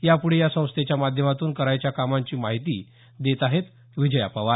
यापुढे या संस्थेच्या माध्यमातून करावयाच्या कामांची माहिती देत आहेत विजया पवार